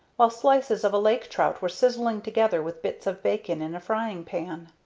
while slices of a lake-trout were sizzling together with bits of bacon in the frying-pan.